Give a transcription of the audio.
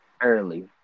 early